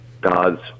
God's